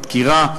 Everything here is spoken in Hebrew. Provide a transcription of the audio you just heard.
פיגוע דקירה,